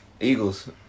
Eagles